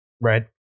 right